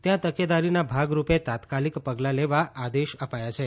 ત્યાં તકેદારીના ભાગ રૂપે તાત્કાલીક પગલાં લેવા આદેશ અપાયા છે